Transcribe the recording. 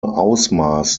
ausmaß